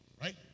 Right